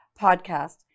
podcast